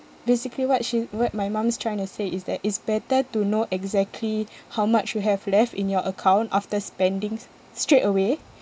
basically what she what my mum's trying to say is that it's better to know exactly how much you have left in your account after spendings straightaway